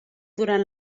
durant